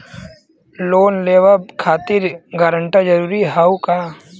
Loan लेवब खातिर guarantor जरूरी हाउ का?